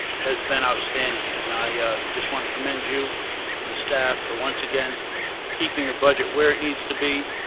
has been outstanding and i just want to commend you and the staff for once again keeping the budget where it needs to be,